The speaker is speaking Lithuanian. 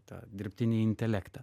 tą dirbtinį intelektą